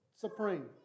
supreme